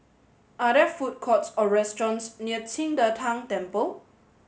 are there food courts or restaurants near Qing De Tang Temple